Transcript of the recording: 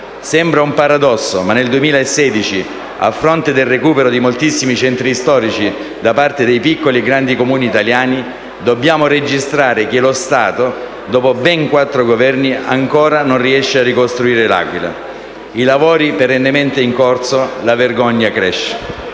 Sembra un paradosso, ma nel 2016, a fronte del recupero di moltissimi centri storici da parte dei piccoli e grandi comuni italiani, dobbiamo registrare che lo Stato (dopo ben quattro Governi) ancora non riesce a ricostruire L'Aquila. I lavori sono perennemente in corso, la vergogna cresce!